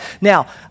Now